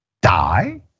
die